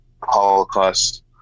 holocaust